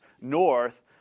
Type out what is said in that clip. north